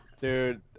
Dude